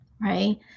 right